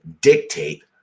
dictate